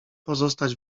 pozostać